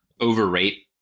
overrate